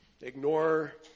ignore